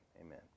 amen